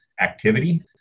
activity